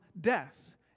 death